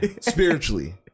spiritually